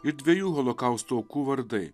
ir dviejų holokausto aukų vardai